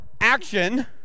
action